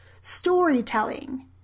Storytelling